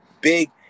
big